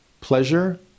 Pleasure